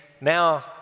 now